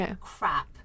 crap